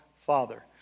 Father